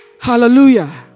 Hallelujah